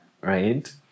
right